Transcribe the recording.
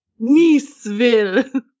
Niceville